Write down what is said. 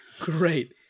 Great